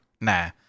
Nah